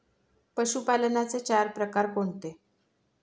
पशुपालनाचे चार प्रकार कोणते?